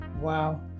Wow